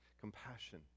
Compassion